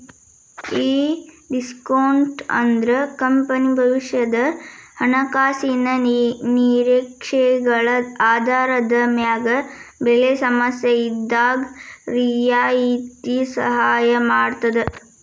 ಈ ಡಿಸ್ಕೋನ್ಟ್ ಅಂದ್ರ ಕಂಪನಿ ಭವಿಷ್ಯದ ಹಣಕಾಸಿನ ನಿರೇಕ್ಷೆಗಳ ಆಧಾರದ ಮ್ಯಾಗ ಬೆಲೆ ಸಮಸ್ಯೆಇದ್ದಾಗ್ ರಿಯಾಯಿತಿ ಸಹಾಯ ಮಾಡ್ತದ